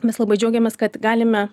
mes labai džiaugiamės kad galime